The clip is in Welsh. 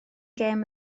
gêm